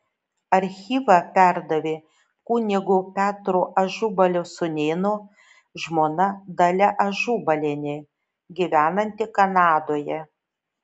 archyvą perdavė kunigo petro ažubalio sūnėno žmona dalia ažubalienė gyvenanti kanadoje